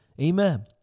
Amen